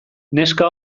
neska